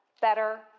better